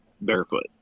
barefoot